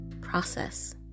process